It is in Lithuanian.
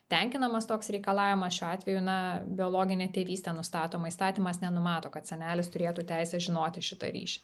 tenkinamas toks reikalavimas šiuo atveju na biologinė tėvystė nustatoma įstatymas nenumato kad senelis turėtų teisę žinoti šitą ryšį